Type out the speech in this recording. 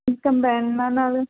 ਕੰਬਾਈਨਾਂ ਨਾਲ